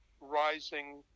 rising